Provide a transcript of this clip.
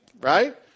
Right